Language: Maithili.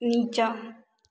नीचाँ